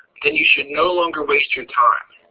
then you should no longer waste your time.